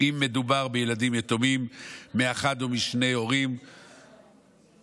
אם מדובר בילדים יתומים מאחד או משני הורים, נכון?